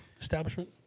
establishment